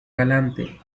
galante